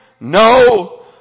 No